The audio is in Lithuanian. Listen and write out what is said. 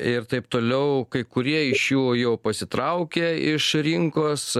ir taip toliau kai kurie iš jų jau pasitraukė iš rinkos